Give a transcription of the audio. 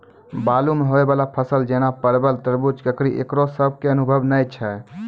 बालू मे होय वाला फसल जैना परबल, तरबूज, ककड़ी ईकरो सब के अनुभव नेय छै?